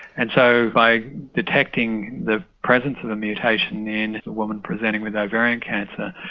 and so by detecting the presence of a mutation in a woman presenting with ovarian cancer,